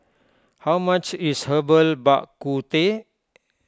how much is Herbal Bak Ku Teh